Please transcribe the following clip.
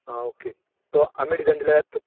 आं okay so आमी design दिल्यार